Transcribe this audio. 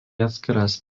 atskiras